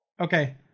Okay